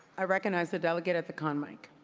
i recognize the delegate at the con mic.